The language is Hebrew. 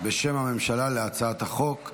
בשם הממשלה על הצעת החוק.